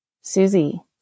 Susie